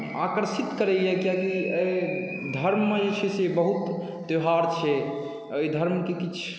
आकर्षित करैए किएकि एहि धर्ममे जे छै बहुत त्योहार छै एहि धर्मके किछु